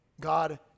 God